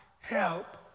help